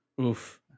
Oof